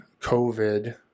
COVID